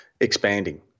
expanding